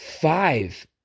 five